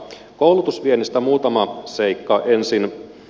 koulutusviennistä muutama seikka ensin